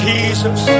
Jesus